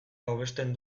hobesten